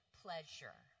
pleasure